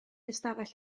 ystafell